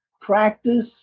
practice